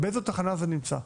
באיזו תחנה זה נמצא.